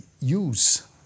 use